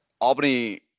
albany